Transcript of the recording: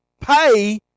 pay